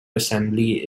assembly